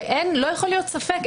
שלא יכול להיות ספק,